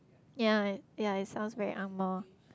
ya ya it sounds very angmoh